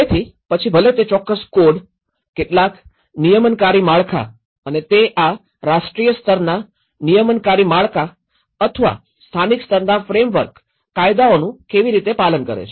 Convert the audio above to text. તેથી પછી ભલે તે ચોક્કસ કોડ કેટલાક નિયમનકારી માળખા અને તે આ રાષ્ટ્રીય સ્તરના નિયમનકારી માળખા અથવા સ્થાનિક સ્તરના ફ્રેમવર્ક કાયદાઓનું કેવી રીતે પાલન કરે છે